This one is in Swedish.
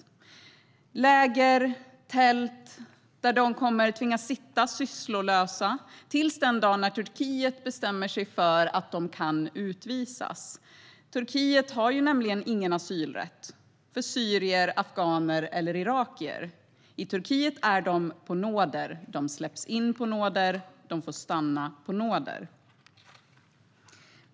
Det är läger med tält där de kommer tvingas sitta sysslolösa tills den dag när Turkiet bestämmer sig för att de kan utvisas. Turkiet har nämligen inte någon asylrätt för syrier, afghaner eller irakier. I Turkiet är de på nåder. De släpps in på nåder, och de får stanna på nåder.